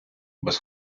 без